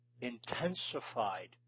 intensified